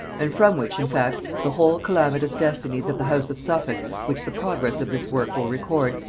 and from which in fact the whole calamitous destinies of the house of suffolk, which the progress of this work will record,